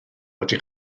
wedi